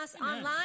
online